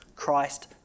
Christ